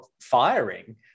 firing